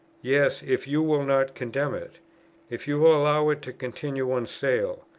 yes, if you will not condemn it if you will allow it to continue on sale.